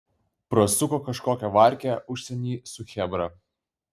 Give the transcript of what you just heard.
prasuko kažkokią varkę užsieny su chebra